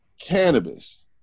cannabis